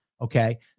Okay